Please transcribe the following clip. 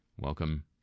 Welcome